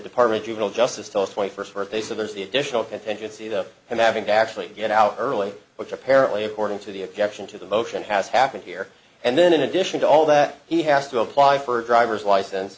department juvenile justice tells twenty first birthday so there's the additional contingency the having to actually get out early which apparently according to the objection to the motion has happened here and then in addition to all that he has to apply for a driver's license